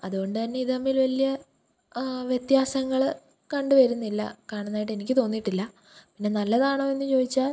അതുകൊണ്ടു തന്നെ ഇതു തമ്മില് വലിയ വ്യത്യാസങ്ങൾ കണ്ടു വരുന്നില്ല കാണുന്നതായിട്ട് എനിക്ക് തോന്നിയിട്ടില്ല പിന്നെ നല്ലതാണോ എന്നു ചോദിച്ചാൽ